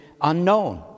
unknown